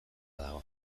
dago